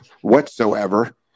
whatsoever